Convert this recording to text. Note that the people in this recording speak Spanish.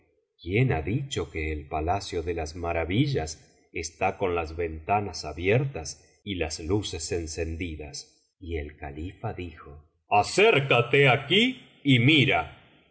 quién ha dicho que el palacio de las maravillas está con las ventanas abiertas y las luces encendidas y el califa dijo acércate aquí y mira